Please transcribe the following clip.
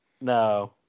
No